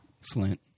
Flint